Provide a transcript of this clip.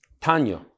Tanya